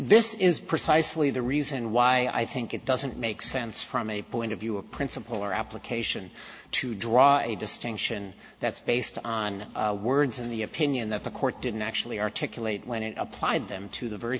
this is precisely the reason why i think it doesn't make sense from a point of view a principle or application to draw a distinction that's based on words in the opinion that the court didn't actually articulate when it applied them to the very